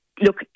Look